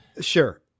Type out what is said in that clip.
Sure